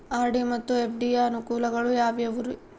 RD ಮತ್ತು FD ಯ ಅನುಕೂಲಗಳು ಯಾವ್ಯಾವುರಿ?